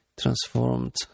transformed